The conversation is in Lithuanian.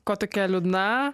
ko tokia liūdna